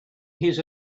his